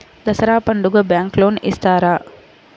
దసరా పండుగ bank loan ఇస్తారా?